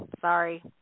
Sorry